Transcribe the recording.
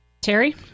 Terry